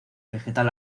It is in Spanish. vegetal